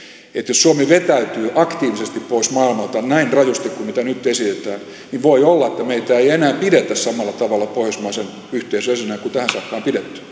jos suomi vetäytyy aktiivisesti pois maailmalta näin rajusti kuin mitä nyt esitetään niin voi olla että meitä ei enää pidetä samalla tavalla pohjoismaisen yhteisön jäsenenä kuin tähän saakka on pidetty